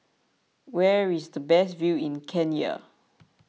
where is the best view in Kenya